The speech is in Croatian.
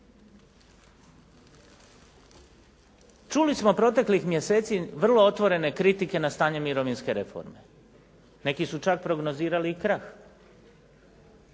Čuli smo proteklih mjeseci vrlo otvorene kritike na stanje mirovinske reforme, neki su čak prognozirali i krah.